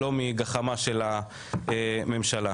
לא מגחמה של הממשלה.